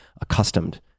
accustomed